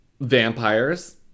Vampires